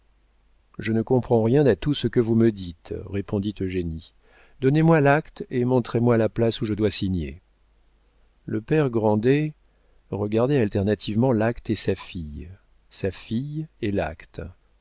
je ne comprends rien à tout ce que vous me dites répondit eugénie donnez-moi l'acte et montrez-moi la place où je dois signer le père grandet regardait alternativement l'acte et sa fille sa fille et l'acte